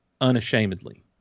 unashamedly